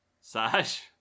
Sash